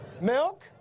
Milk